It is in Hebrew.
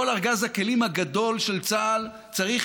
כל ארגז הכלים הגדול של צה"ל צריך